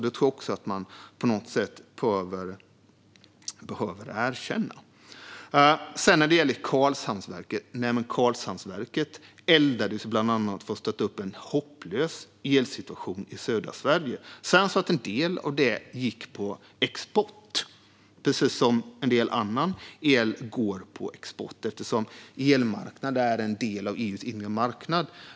Det behöver man på något sätt erkänna. Sedan till frågan om Karlshamnsverket. Karlshamnsverket eldades bland annat för att stötta en hopplös elsituation i södra Sverige. Att en del av det gick på export, precis som en del annan el går på export, är en fråga för sig. Elmarknad är en del av EU:s inre marknad.